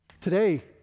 today